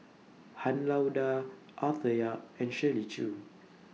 Han Lao DA Arthur Yap and Shirley Chew